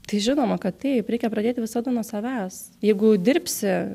tai žinoma kad taip reikia pradėti visada nuo savęs jeigu dirbsi